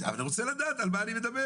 אבל אני רוצה לדעת על מה אני מדבר.